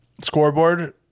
Scoreboard